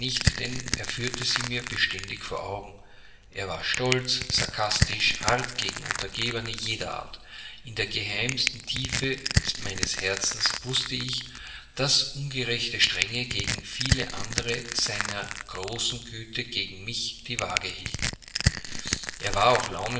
denn er führte sie mir beständig vor augen er war stolz sarkastisch hart gegen untergebene jeder art in der geheimsten tiefe meines herzens wußte ich daß ungerechte strenge gegen viele andere seiner großen güte gegen mich die wage hielt er war auch